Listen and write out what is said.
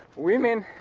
women.